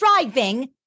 driving